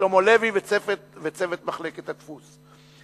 שלמה לוי וצוות מחלקת הדפוס.